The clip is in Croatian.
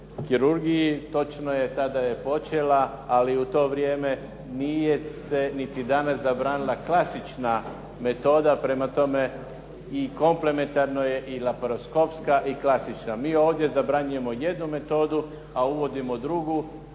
kirurgiji. Točno je. Tada je počela, ali u to vrijeme nije se niti danas zabranila klasična metoda. Prema tome, i komplementarno je i laparaskopska i klasična. Mi ovdje zabranjujemo jednu metodu, a uvodimo drugu